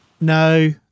no